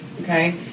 Okay